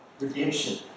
Redemption